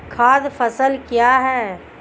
खाद्य फसल क्या है?